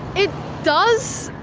it does.